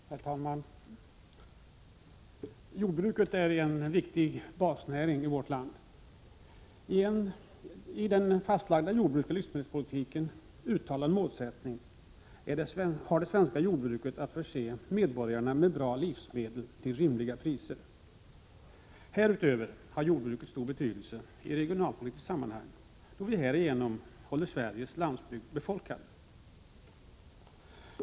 Herr talman! Jordbruket är en viktig basnäring i vårt land. En i den fastlagda jordbruksoch livsmedelspolitiken uttalad målsättning är att det svenska jordbruket skall förse medborgarna med bra livsmedel till rimliga priser. Härutöver har jordbruket stor betydelse i ett regionalpolitiskt sammanhang, då vi härigenom håller Sveriges landsbygd befolkad.